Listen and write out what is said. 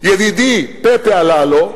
ידידי פפה אללו,